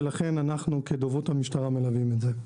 ולכן אנחנו כדוברות המשטרה מלווים את זה.